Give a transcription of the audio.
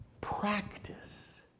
practice